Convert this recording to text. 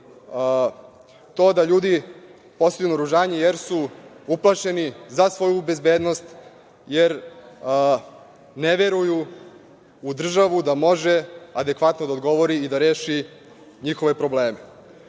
to da ljudi poseduju naoružanje jer su uplašeni za svoju bezbednost, jer ne veruju u državu da može adekvatno da odgovori i da reši njihove probleme. Tako